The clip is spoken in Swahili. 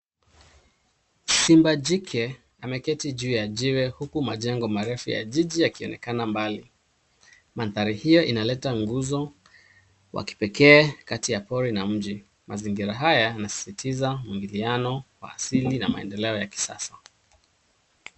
Simba jike ameketi juu ya jiwe, huku majengo marefu ya jiji yakionekana mbali. Mandhari hiyo inaleta nguzo wa kipekee kati ya pori na mji. Mazingira haya yanasisitiza muingiliano wa asili na maendeleo ya kisasa.